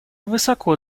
высоко